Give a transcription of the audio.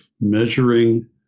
measuring